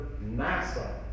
NASA